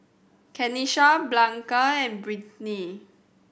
Kenisha Blanca and Brittnay